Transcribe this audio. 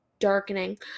darkening